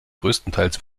größtenteils